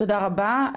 תודה רבה,